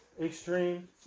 extreme